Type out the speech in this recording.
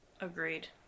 Agreed